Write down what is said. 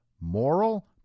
moral